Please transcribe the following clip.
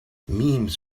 memes